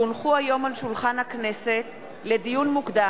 כי הונחו על שולחן הכנסת, לדיון מוקדם: